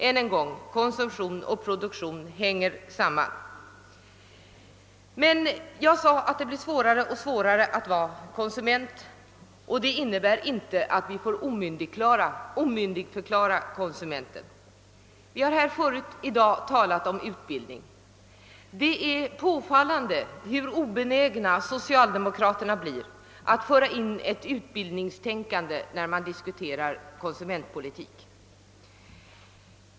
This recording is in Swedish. än en gång: konsumtion och produktion hänger samman. Jag sade att det blir svårare och svårare att vara konsument. Det innebär emellertid inte att vi får omyndigför klara konsumenten. Vi har tidigare i dag talat om utbildning. Det är påfallande hur obenägna socialdemokraterna blir att föra in ett utbildningstänkande när man diskuterar konsumentpolitik.